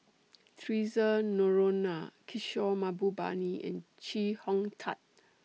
Theresa Noronha Kishore Mahbubani and Chee Hong Tat